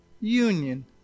union